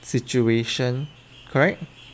situation correct